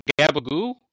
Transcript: Gabagoo